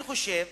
אני חושב